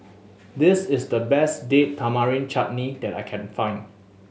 this is the best Date Tamarind Chutney that I can find